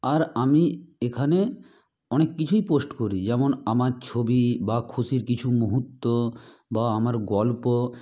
আর আমি এখানে অনেক কিছুই পোস্ট করি যেমন আমার ছবি বা খুশির কিছু মুহূর্ত বা আমার গল্প